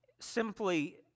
simply